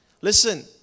Listen